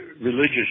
religious